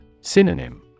Synonym